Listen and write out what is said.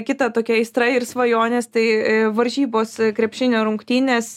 kita tokia aistra ir svajonės tai ee varžybos krepšinio rungtynės